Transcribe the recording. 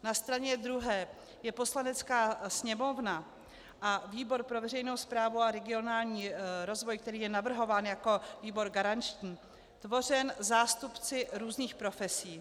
Na straně druhé jsou Poslanecká sněmovna a výbor pro veřejnou správu a regionální rozvoj, který je navrhován jako výbor garanční, tvořeny zástupci různých profesí.